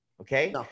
Okay